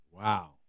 Wow